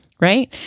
right